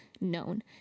known